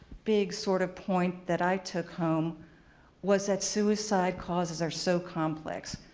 big, sort of, point that i took home was that suicide causes are so complex.